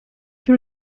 que